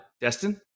Destin